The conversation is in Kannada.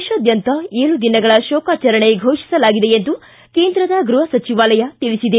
ದೇತಾದ್ಯಂತ ಏಳು ದಿನಗಳ ಕೋಕಾಚರಣೆ ಘೋಷಿಸಲಾಗಿದೆ ಎಂದು ಕೇಂದ್ರದ ಗೃಹ ಸಚಿವಾಲಯ ತಿಳಿಸಿದೆ